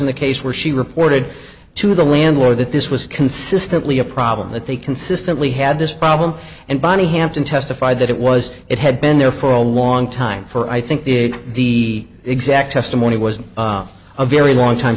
in the case where she reported to the landlord that this was consistently a problem that they consistently had this problem and bonnie hampton testified that it was it had been there for a long time for i think the the exact testimony was a very long time